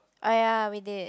ah ya we did